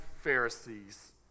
Pharisees